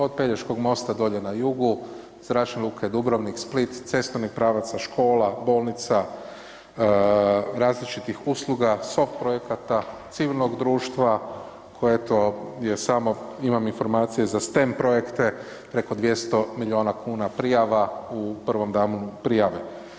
Od Pelješkog mosta dolje na jugu, Zračne luke Dubrovnik, Split, cestovnih pravaca, škola, bolnica, različitih usluga, soft projekata, civilnog društva koje je eto, je samo imam informacije za STEM projekte preko 200 milijuna kuna prijava u prvom danu prijave.